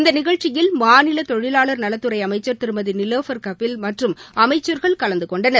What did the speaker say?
இந்த நிகழ்ச்சியில் மாநில தொழிலாளர் நலத்துறை அமைச்சர் திருமதி நிலோஃபர் கபில் மற்றும் அமைச்சர்கள் கலந்துகொண்டனர்